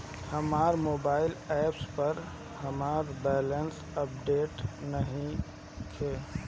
हमर mobile app पर हमर बैलेंस अपडेट नइखे